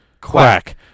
quack